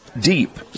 deep